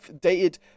dated